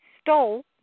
stole